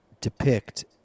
depict